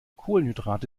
kohlenhydrate